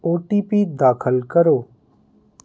ਓ T P ਦਾਖਲ ਕਰੋ